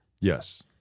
yes